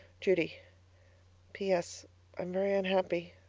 judy ps. i'm very unhappy.